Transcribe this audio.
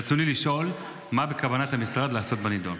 ברצוני לשאול: מה בכוונת המשרד לעשות בנדון?